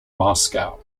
moscow